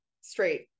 Straight